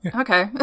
Okay